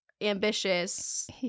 ambitious